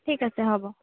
ঠিক আছে হ'ব